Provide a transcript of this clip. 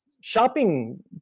shopping